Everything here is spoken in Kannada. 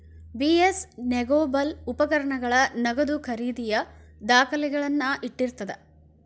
ಬಿ.ಎಸ್ ನೆಗೋಬಲ್ ಉಪಕರಣಗಳ ನಗದು ಖರೇದಿಯ ದಾಖಲೆಗಳನ್ನ ಇಟ್ಟಿರ್ತದ